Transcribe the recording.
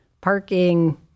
parking